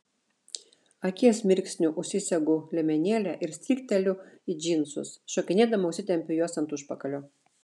akies mirksniu užsisegu liemenėlę ir strykteliu į džinsus šokinėdama užsitempiu juos ant užpakalio